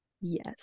yes